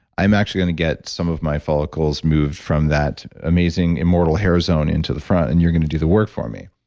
i'm actually going to get some of my follicles moved from that amazing immortal hair zone into the front and you're going to do the work for me?